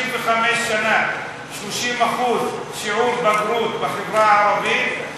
65 שנה, 30% שיעור בגרות בחברה הערבית.